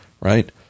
right